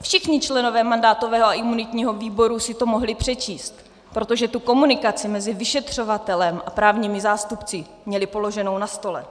Všichni členové mandátového a imunitního výboru si to mohli přečíst, protože tu komunikaci mezi vyšetřovatelem a právními zástupci měli položenou na stole.